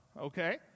Okay